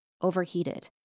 overheated